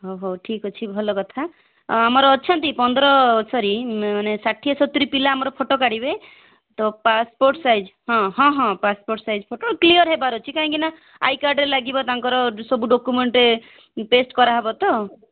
ହେଉ ହେଉ ଠିକ ଅଛି ଭଲ କଥା ଆଉ ଆମର ଅଛନ୍ତି ପନ୍ଦର ସରି ମାନେ ଷାଠିଏ ସତୁରି ପିଲା ଆମର ଫୋଟ କାଢ଼ିବେ ତ ପାସ୍ପୋର୍ଟ ସାଇଜ ହଁ ହଁ ହଁ ପାସ୍ପୋର୍ଟ ସାଇଜ ଫୋଟ କ୍ଲିୟର ହେବାର ଅଛି କାହିଁକିନା ଆଇକାର୍ଡ଼ରେ ଲାଗିବ ତାଙ୍କର ସବୁ ଡକ୍ୟୁମେଣ୍ଟ ଟେଷ୍ଟ କରା ହେବ ତ